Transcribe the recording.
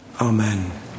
Amen